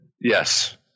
Yes